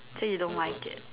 so you don't like it